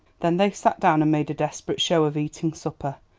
then they sat down and made a desperate show of eating supper.